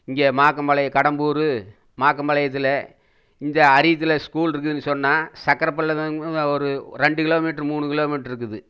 இங்கே மாக்கம்பாளையம் கடம்பூரு மாக்கபாளையத்தில் இந்த அரிதுல ஸ்கூல் இருக்குன்னு சொன்னால் சர்க்கர பள்ளம் ஒரு ரெண்டு கிலோமீட்டர் மூணு கிலோமீட்டர் இருக்குது